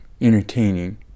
Entertaining